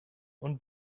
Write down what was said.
und